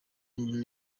mbona